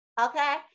okay